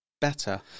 better